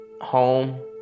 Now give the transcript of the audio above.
home